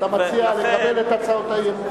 אתה מציע לקבל את הצעות האי-אמון.